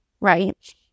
right